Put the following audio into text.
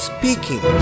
Speaking